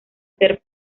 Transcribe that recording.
ser